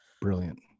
Brilliant